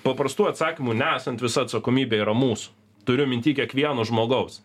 paprastų atsakymų nesant visa atsakomybė yra mūsų turiu minty kiekvieno žmogaus